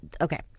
okay